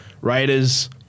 Raiders